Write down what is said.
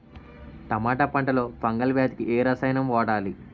టమాటా పంట లో ఫంగల్ వ్యాధికి ఏ రసాయనం వాడాలి?